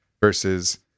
versus